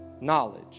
knowledge